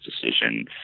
decision